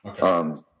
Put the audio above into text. Okay